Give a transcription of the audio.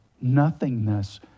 nothingness